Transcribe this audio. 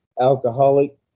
alcoholic